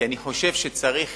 כי אני חושב שצריך